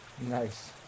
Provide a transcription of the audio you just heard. Nice